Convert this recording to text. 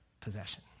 possession